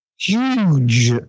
huge